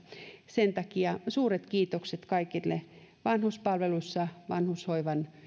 sen takia suuret kiitokset kaikille vanhuspalveluissa vanhushoivan